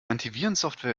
antivirensoftware